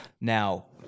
Now